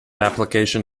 application